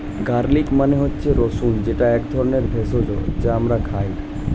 garlic মানে হচ্ছে রসুন যেটা এক ধরনের ভেষজ যা আমরা খাই